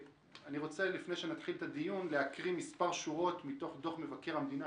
לפני שנתחיל את הדיון אני רוצה לקרוא מספר שורות מדוח מבקר המדינה,